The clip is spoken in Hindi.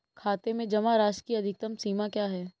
खाते में जमा राशि की अधिकतम सीमा क्या है?